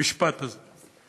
המשפט הזה.